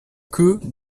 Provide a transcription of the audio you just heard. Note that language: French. que